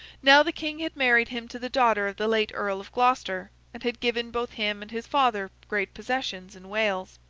now, the king had married him to the daughter of the late earl of gloucester, and had given both him and his father great possessions in wales.